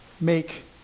make